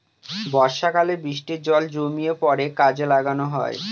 বর্ষাকালে বৃষ্টির জল জমিয়ে পরে কাজে লাগানো হয়